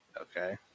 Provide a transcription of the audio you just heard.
Okay